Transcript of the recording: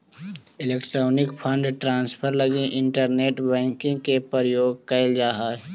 electronic fund transfer लगी internet banking के प्रयोग कैल जा हइ